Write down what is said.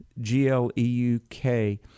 G-L-E-U-K